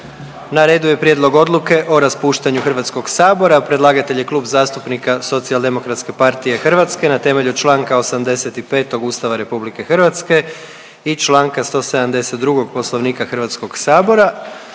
Na redu je - Prijedlog odluke o raspuštanju Hrvatskoga sabora predlagatelj: Klub zastupnika SDP-a Predlagatelj je Klub zastupnika SDP-a na temelju članka 85. Ustava Republike Hrvatske i članka 172. Poslovnika Hrvatskog sabora.